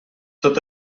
tot